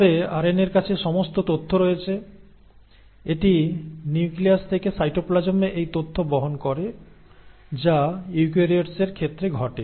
তারপরে আরএনএর কাছে সমস্ত তথ্য রয়েছে এটি নিউক্লিয়াস থেকে সাইটোপ্লাজমে এই তথ্য বহন করে যা ইউক্যারিওটসের ক্ষেত্রে ঘটে